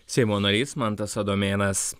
seimo narys mantas adomėnas